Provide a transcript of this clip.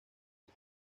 del